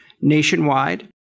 nationwide